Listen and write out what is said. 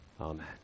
Amen